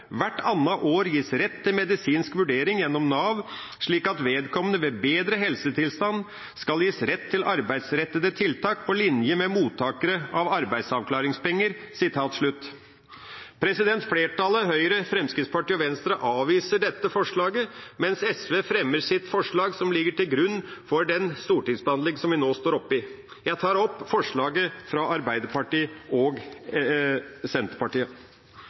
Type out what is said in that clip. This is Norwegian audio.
hvert annet år gis rett til medisinsk vurdering gjennom Nav, slik at vedkommende ved bedre helsetilstand skal gis rett til arbeidsrettede tiltak på linje med mottakere av arbeidsavklaringspenger.» Flertallet – Høyre, Fremskrittspartiet og Venstre – avviser dette forslaget, mens SV fremmer sitt forslag som ligger til grunn for den stortingsbehandling som vi nå står oppe i. Jeg tar opp forslaget fra Arbeiderpartiet og Senterpartiet.